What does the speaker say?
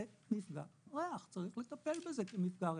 זה מפגע ריח וצריך לטפל בזה כמפגע ריח.